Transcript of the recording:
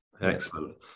Excellent